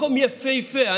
מקום יפהפה.